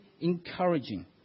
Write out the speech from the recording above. encouraging